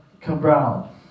Cabral